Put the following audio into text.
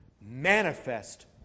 manifest